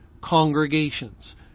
congregations